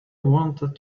wanted